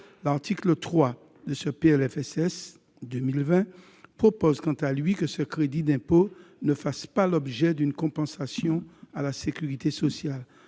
L'article 3 du PLFSS pour 2020 prévoit, quant à lui, que ce crédit d'impôt ne fasse pas l'objet d'une compensation à la sécurité sociale.